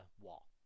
wall